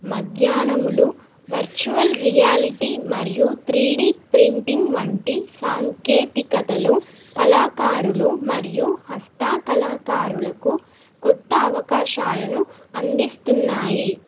మాధ్యమాలు virtual reality మరియు three D printing వంటి సాంకేతికతలు కళాకారులు మరియు హస్తకళాకారులకు కొత్త అవకాశాలను అందిస్తున్నాయి